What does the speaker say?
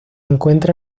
encuentra